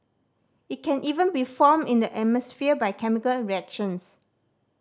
it can even be formed in the atmosphere by chemical reactions